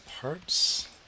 parts